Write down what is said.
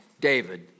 David